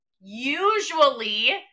Usually